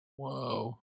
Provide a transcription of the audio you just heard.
Whoa